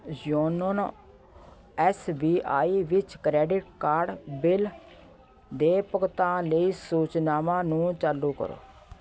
ਯੋਨੋਨ S B I ਵਿੱਚ credit card bill ਦੇ ਭੁਗਤਾਨ ਲਈ ਸੂਚਨਾਵਾਂ ਨੂੰ ਚਾਲੂ ਕਰੋ